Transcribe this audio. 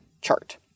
chart